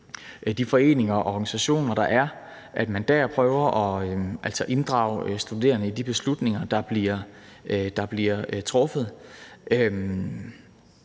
de foreninger og organisationer, der er, prøver at inddrage studerende i de beslutninger, der bliver truffet.